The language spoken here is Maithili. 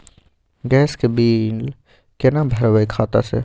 गैस के बिल केना भरबै खाता से?